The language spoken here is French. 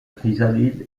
chrysalide